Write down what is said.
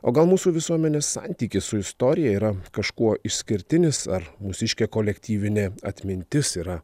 o gal mūsų visuomenės santykis su istorija yra kažkuo išskirtinis ar mūsiškė kolektyvinė atmintis yra